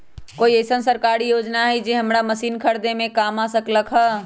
कोइ अईसन सरकारी योजना हई जे हमरा मशीन खरीदे में काम आ सकलक ह?